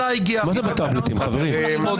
חברים.